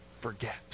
forget